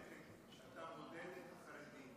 הפרמטרים שאתה מודד בהם את החרדים,